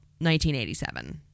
1987